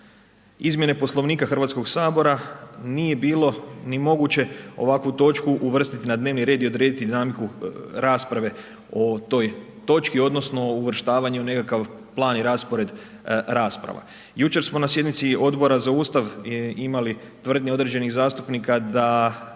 izmjene Poslovnika HS nije bilo ni moguće ovakvu točku uvrstit na dnevni red i odrediti …/Govornik se ne razumije/…rasprave o toj točki odnosno o uvrštavanju nekakav plan i raspored rasprava. Jučer smo na sjednici Odbora za Ustav imali tvrdnje određenih zastupnika da